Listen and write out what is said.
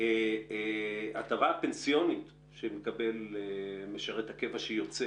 ההטבה הפנסיונית שמקבל משרת קבע שיוצא